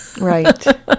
Right